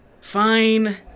Fine